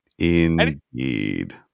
Indeed